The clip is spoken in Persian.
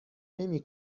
نمی